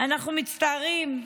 אנחנו מצטערים,